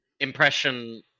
Impression